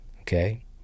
Okay